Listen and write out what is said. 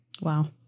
Wow